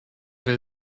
will